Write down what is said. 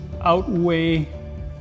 outweigh